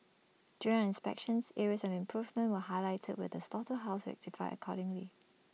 during our inspections areas of improvement were highlighted with the slaughterhouse rectified accordingly